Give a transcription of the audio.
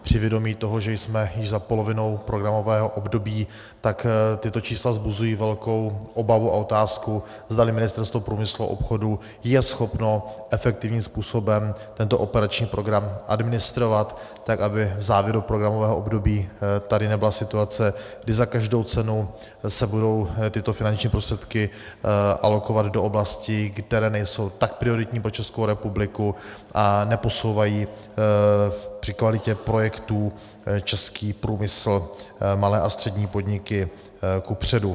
Při vědomí toho, že jsme již za polovinou programového období, tak tato čísla vzbuzují velkou obavu a otázku, zdali Ministerstvo průmyslu a obchodu je schopno efektivním způsobem tento operační program administrovat tak, aby v závěru programového období tady nebyla situace, kdy za každou cenu se budou tyto finanční prostředky alokovat do oblastí, které nejsou tak prioritní pro ČR a neposouvají při kvalitě projektů český průmysl, malé a střední podniky kupředu.